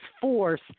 force